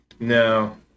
No